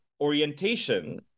orientation